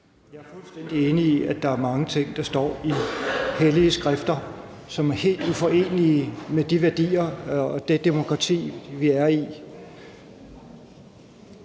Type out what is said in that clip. Jeg er fuldstændig enig i, at der er mange ting, der står i hellige skrifter, som er helt uforenelige med de værdier og det demokrati, vi har.